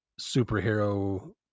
superhero